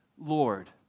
Lord